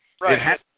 Right